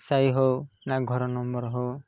ସାହି ହଉ ନା ଘର ନମ୍ବର ହଉ